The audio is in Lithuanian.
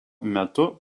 metu